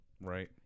right